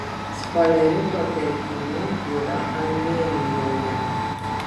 sfalerito telkinių yra armėnijoje